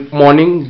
morning